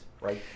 right